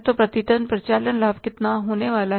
तो प्रति टन परिचालन लाभ कितना होने वाला है